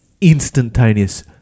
instantaneous